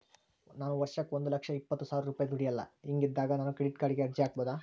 ನಾನು ವರ್ಷಕ್ಕ ಒಂದು ಲಕ್ಷ ಇಪ್ಪತ್ತು ಸಾವಿರ ರೂಪಾಯಿ ದುಡಿಯಲ್ಲ ಹಿಂಗಿದ್ದಾಗ ನಾನು ಕ್ರೆಡಿಟ್ ಕಾರ್ಡಿಗೆ ಅರ್ಜಿ ಹಾಕಬಹುದಾ?